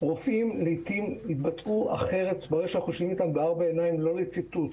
לעיתים רופאים יתבטאו אחרת כשיושבים איתם בארבע עיניים ולא לציטוט,